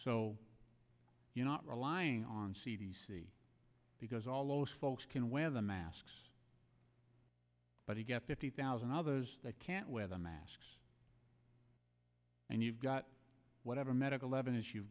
so you're not relying on c d c because all those folks can wear the masks but you get fifty thousand of those that can't wear the masks and you've got whatever medical evidence you've